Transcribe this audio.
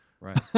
Right